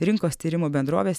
rinkos tyrimų bendrovės